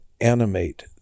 animate